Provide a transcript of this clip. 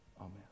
amen